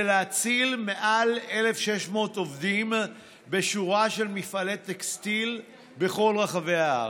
להציל מעל 1,600 עובדים בשורה של מפעלי טקסטיל בכל רחבי הארץ.